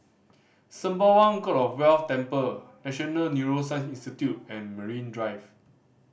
Sembawang God of Wealth Temple National Neuroscience Institute and Marine Drive